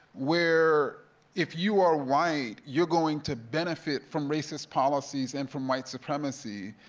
where if you are white, you're going to benefit from racist policies and from white supremacy,